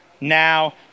now